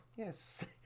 Yes